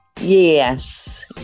Yes